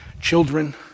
children